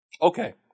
Okay